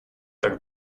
tak